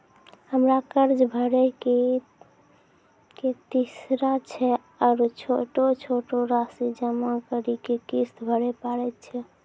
हमरा कर्ज भरे के की तरीका छै आरू छोटो छोटो रासि जमा करि के किस्त भरे पारे छियै?